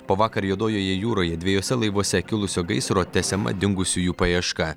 po vakar juodojoje jūroje dviejuose laivuose kilusio gaisro tęsiama dingusiųjų paiešką